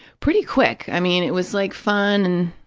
pretty quick. i mean, it was like fun